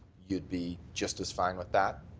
you'd be just as fine with that?